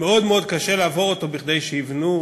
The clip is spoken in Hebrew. שמאוד מאוד קשה לעבור אותו כדי שיבנו,